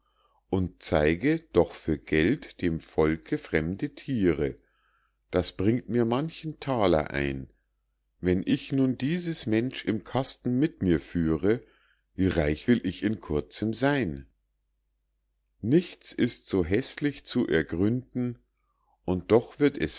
und zeige doch für geld dem volke fremde thiere das bringt mir manchen thaler ein wenn ich nun dieses mensch im kasten mit mir führe wie reich will ich in kurzem sein magnus gottfried lichtwer magnus gottfried lichtwer hier pries